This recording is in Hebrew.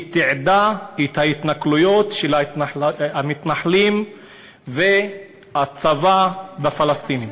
היא תיעדה את ההתנכלויות של המתנחלים והצבא לפלסטינים.